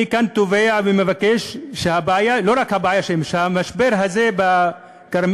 אני כאן תובע ומבקש שהמשבר הזה בכרמיאל,